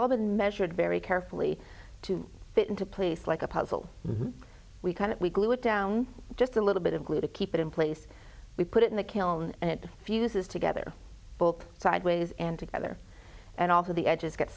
all been measured very carefully to fit into place like a puzzle we kind of we glue it down just a little bit of glue to keep it in place we put it in the kiln and it fuses together both sideways and together and also the edges get